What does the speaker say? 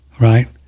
right